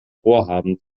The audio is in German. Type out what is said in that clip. vorhaben